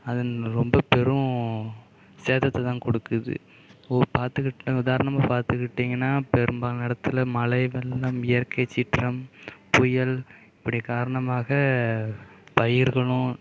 அதன் ரொம்ப பெரும் சேதத்தை தான் கொடுக்குது பார்த்து உதாரணமாக பார்த்துக்கிட்டிங்கன்னா பெரும்பாலான இடத்தில் மழை வெள்ளம் இயற்க்கை சீற்றம் புயல் இப்படி காரணமாக பயிர்களும்